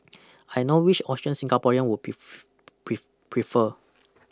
I know which option Singaporeans would prefer